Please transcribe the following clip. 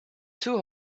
two